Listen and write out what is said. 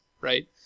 right